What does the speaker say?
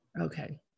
Okay